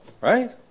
right